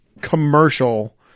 Commercial